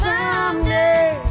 Someday